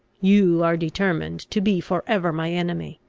you are determined to be for ever my enemy.